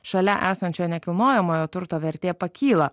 šalia esančio nekilnojamojo turto vertė pakyla